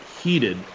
heated